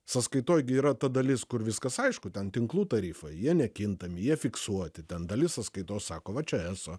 sąskaitoj gi yra ta dalis kur viskas aišku ten tinklų tarifai jie nekintami jie fiksuoti ten dalis sąskaitos sako va čia eso